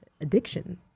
addiction